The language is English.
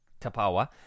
Tapawa